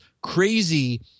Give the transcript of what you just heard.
crazy